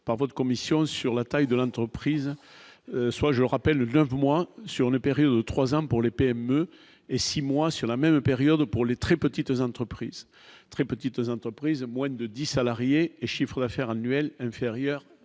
par votre commission sur la taille de l'entreprise, soit je rappelle le 9 mois sur la période de 3 ans pour les PME et 6 mois sur la même période, pour les très petites entreprises, très petites entreprises, moins de 10 salariés, chiffre d'affaires annuel inférieur,